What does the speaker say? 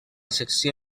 secció